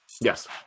Yes